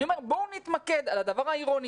אני אומר, בואו נתמקד על הדבר העירוני.